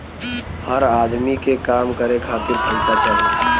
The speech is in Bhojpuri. हर अदमी के काम करे खातिर पइसा चाही